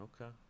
okay